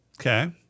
Okay